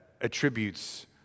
attributes